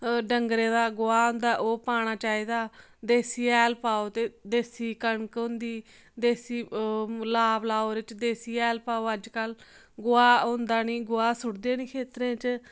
डंगरे दा गोहा होंदा ओह् पाना चाहिदा देसी हैल पाओ ते देसी कनक होंदी देसी ओह् लाब लाओ ओह्दे च देसी हैल पाओ अज्जकल गोहा होंदा निं गोहा सूट्टदे निं खेत्तरें च